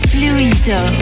Fluido